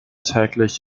täglich